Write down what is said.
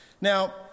Now